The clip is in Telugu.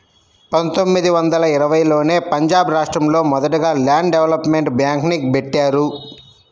పందొమ్మిది వందల ఇరవైలోనే పంజాబ్ రాష్టంలో మొదటగా ల్యాండ్ డెవలప్మెంట్ బ్యేంక్ని బెట్టారు